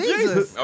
Jesus